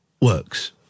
works